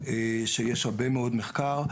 יש הרבה מאוד מחקר.